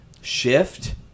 shift